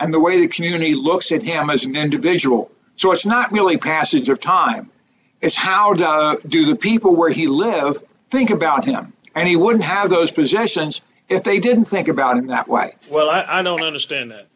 and the way to community looks at him as an individual choice not merely passage of time is how do do people where he lives think about him and he wouldn't have those possessions if they didn't think about it that way well i don't understand